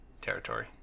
territory